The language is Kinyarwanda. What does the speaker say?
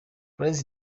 valens